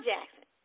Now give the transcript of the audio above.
Jackson